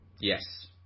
Yes